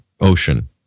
ocean